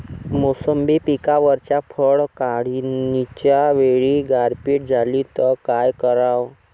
मोसंबी पिकावरच्या फळं काढनीच्या वेळी गारपीट झाली त काय कराव?